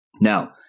Now